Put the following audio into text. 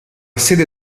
sede